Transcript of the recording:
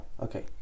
okay